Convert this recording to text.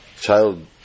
child